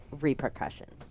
repercussions